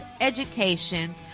Education